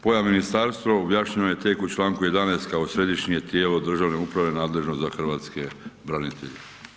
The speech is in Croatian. Pojam ministarstvo objašnjeno je tek u članku 11. kao središnje tijelo državne uprave nadležno za hrvatske branitelje.